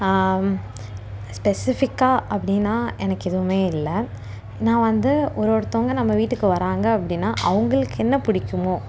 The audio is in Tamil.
ஸ்பெசிஃபிக்காக அப்படின்னா எனக்கு எதுவுமே இல்லை ஏன்னால் வந்து ஒரு ஒருத்தவங்க நம்ம வீட்டுக்கு வராங்க அப்படின்னா அவங்களுக்கு என்ன பிடிக்குமோ